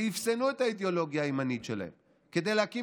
שפסלו את האידיאולוגיה הימנית שלהם כדי להקים